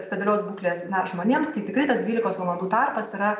stabilios būklės na žmonėms tai tikrai tas dvylikos valandų tarpas yra